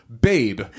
Babe